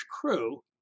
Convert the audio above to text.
crew